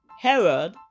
Herod